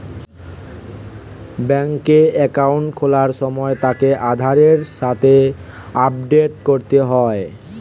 বেংকে একাউন্ট খোলার সময় তাকে আধারের সাথে আপডেট করতে হয়